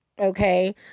Okay